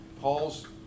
Paul's